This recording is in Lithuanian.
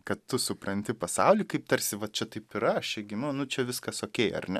kad tu supranti pasaulį kaip tarsi vat čia taip yra aš čia gimiau nu čia viskas okei ar ne